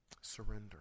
Surrender